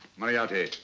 moriarity,